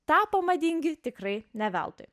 tapo madingi tikrai ne veltui